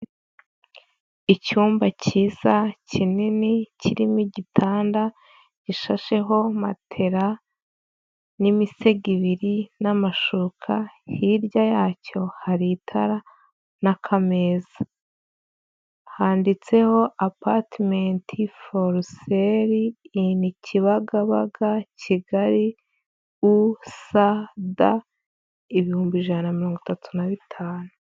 Icyumba kiza, kinini, kirimo igitanda, gishasheho matela n'imisego ibiri n'amashuka, hirya yacyo hari itara n'akameza, handitseho apatimenti foruseli ini Kibagabaga Kigali usd, ibihumbi ijana na mirongo itatu na bitanu.